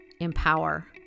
empower